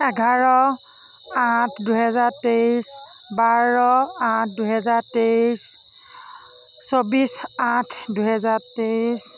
এঘাৰ আঠ দুহেজাৰ তেইছ বাৰ আঠ দুহেজাৰ তেইছ চৌবিছ আঠ দুহেজাৰ তেইছ